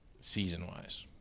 season-wise